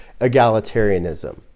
egalitarianism